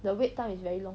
the wait time is very long